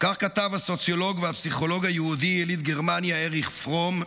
כך כתב הסוציולוג והפסיכולוג היהודי יליד גרמניה אריך פרום,